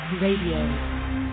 Radio